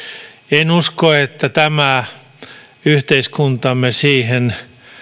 en usko että tämä yhteiskuntamme siihen